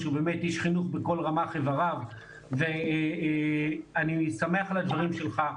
שהוא איש חינוך בכל רמ"ח איבריו - אני שמח על הדברים שלך.